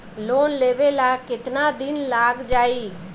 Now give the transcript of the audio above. Loan लेबे ला कितना दिन लाग जाई?